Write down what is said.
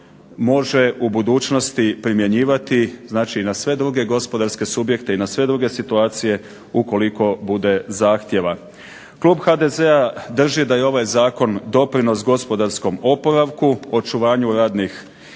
može u budućnosti primjenjivati na sve druge gospodarske subjekte i na sve druge situacije ukoliko bude zahtjeva. Klub HDZ-a drži da je ovaj Zakon doprinos gospodarskom oporavku, očuvanju radnih